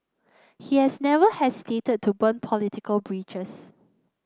he has never hesitated to burn political bridges